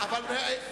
הערתך.